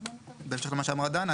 בהמשך למה שאמרה דנה,